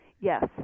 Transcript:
Yes